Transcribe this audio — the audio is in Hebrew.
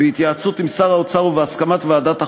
בהתייעצות עם שר האוצר ובהסכמת ועדת החוקה,